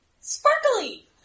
Sparkly